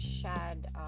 Shad